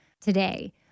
today